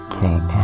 come